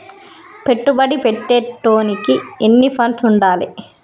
పెట్టుబడి పెట్టేటోనికి ఎన్ని ఫండ్స్ ఉండాలే?